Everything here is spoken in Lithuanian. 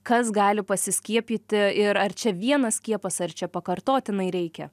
kas gali pasiskiepyti ir ar čia vienas skiepas ar čia pakartotinai reikia